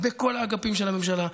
בכל האגפים של הממשלה,